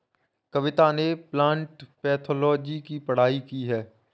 कविता ने plant pathology की पढ़ाई की है